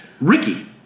Ricky